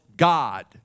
God